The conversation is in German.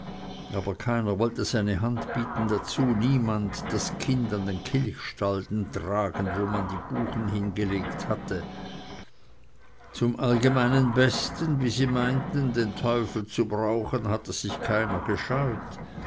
aber keiner wollte seine hand bieten dazu niemand das kind an den kilchstalden tragen wo man die buchen hingelegt hatte zum allgemeinen besten wie sie meinten den teufel zu brauchen hatte keiner sich gescheut